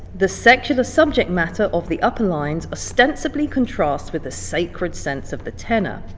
the secular subject matter of the upper lines ostensibly contrasts with a sacred sense of the tenor.